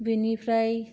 बेनिफ्राय